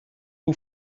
who